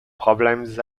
problèmes